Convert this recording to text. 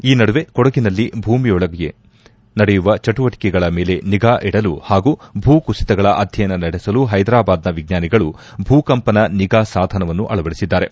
ಈ ನಡುವೆ ಕೊಡಗಿನಲ್ಲಿ ಭೂಮಿಯೊಳಗೆ ನಡೆಯುವ ಚಟುವಟಿಕೆ ಮೇಲೆ ನಿಗಾ ಇಡಲು ಹಾಗೂ ಭೂಕುಸಿತಗಳ ಅಧ್ಯಯನ ನಡೆಸಲು ಹೈದರಾಬಾದ್ನ ವಿಜ್ವಾನಿಗಳು ಭೂಕಂಪನ ನಿಗಾ ಸಾಧನವನ್ನು ಅಳವಡಿಸಿದ್ದಾರೆ